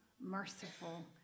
merciful